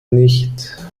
nicht